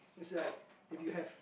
is like that you have